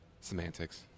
Semantics